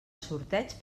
sorteig